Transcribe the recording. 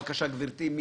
אני